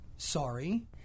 Sorry